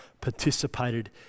participated